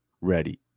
ready